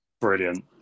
Brilliant